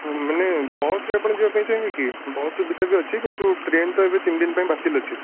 ହଁ ମାନେ ବସରେ ଆପଣ ଯିବା ପାଇଁ ଚାହିଁବେ କି ବସ୍ ସୁବିଧା ଅଛି କିନ୍ତୁ ଟ୍ରେନ୍ ତ ଏବେ ତିନିଦିନ ପାଇଁ ବାତିଲ୍ ଅଛି